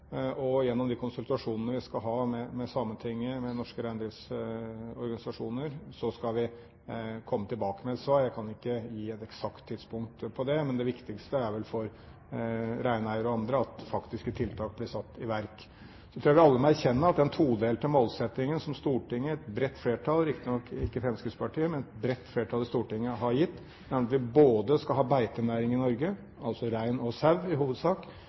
og gjennom de konsultasjonene vi skal ha med Sametinget og med norske reindriftsorganisasjoner, skal vi komme tilbake med et svar. Jeg kan ikke gi et eksakt tidspunkt for det, men det viktigste er vel for reineiere og andre at faktiske tiltak blir satt i verk. Så tror jeg vi alle må erkjenne at den todelte målsettingen som et bredt flertall i Stortinget, riktignok ikke Fremskrittspartiet, har gitt, nemlig at vi både skal ha beitenæring i Norge, altså i hovedsak rein og sau,